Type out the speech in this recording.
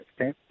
Okay